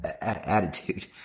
attitude